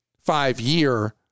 five-year